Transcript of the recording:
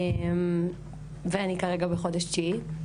אני כרגע בחודש תשיעי.